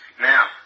Now